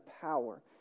power